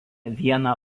vieną